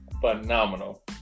phenomenal